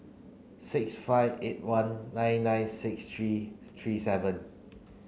six five eight one nine nine six three three seven